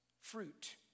fruit